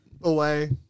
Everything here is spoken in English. away